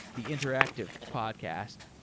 the interactive podcast.